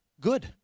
good